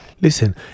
Listen